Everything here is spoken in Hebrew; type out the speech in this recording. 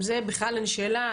זה בכלל אין שאלה,